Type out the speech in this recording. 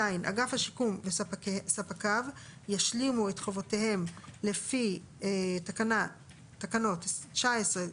(ז)אגף השיקום וספקיו ישלימו את חובותיהם לפי תקנות 11,